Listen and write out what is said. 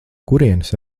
kurienes